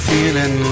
Feeling